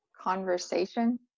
conversation